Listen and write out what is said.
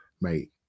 mate